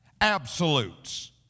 absolutes